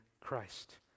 Christ